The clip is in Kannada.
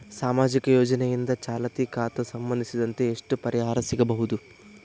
ಸಾಮಾಜಿಕ ಯೋಜನೆಯಿಂದ ಚಾಲತಿ ಖಾತಾ ಸಂಬಂಧಿಸಿದಂತೆ ಎಷ್ಟು ಪರಿಹಾರ ಸಿಗಬಹುದು?